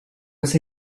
was